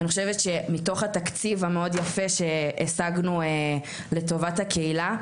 ואני חושבת שמתוך התקציב המאוד יפה שהשגנו לטובת הקהילה,